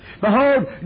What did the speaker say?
Behold